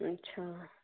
अच्छा